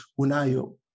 Unayo